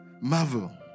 Marvel